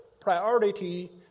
priority